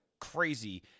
crazy